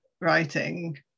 writing